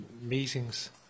meetings